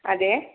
അതെ